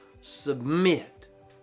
submit